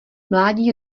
mládí